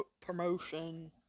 Promotion